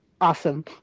awesome